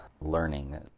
learning